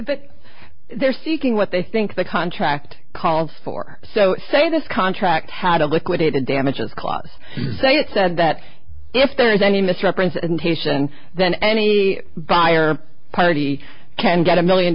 but they're seeking what they think the contract calls for so say this contract had a liquidated damages clause so it said that if there is any misrepresentation then any buyer or party can get a million